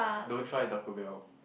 don't try Taco Bell